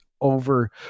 over